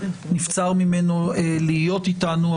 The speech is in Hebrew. שנבצר ממנו להיות איתנו.